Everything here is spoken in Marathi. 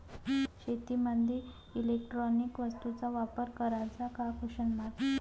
शेतीमंदी इलेक्ट्रॉनिक वस्तूचा वापर कराचा का?